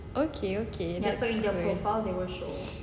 okay okay that's cool